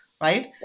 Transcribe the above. right